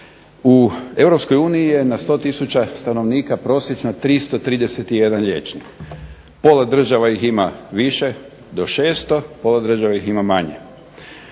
uniji je na 100 tisuća stanovnika prosječno 331 liječnik. Pola država ima više, do 600, pola država ih ima manje.